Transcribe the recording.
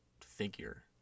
figure